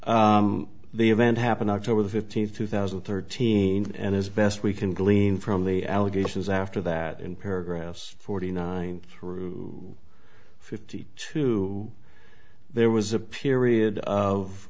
events the event happened october the fifteenth two thousand and thirteen and as best we can glean from the allegations after that in paragraphs forty nine through fifty two there was a period of